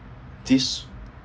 this